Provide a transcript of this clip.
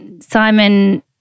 Simon